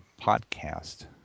podcast